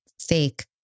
fake